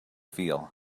feel